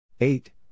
eight